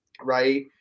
right